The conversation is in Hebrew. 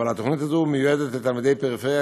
אבל התוכנית הזאת מיועדת לתלמידי פריפריה